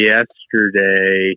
Yesterday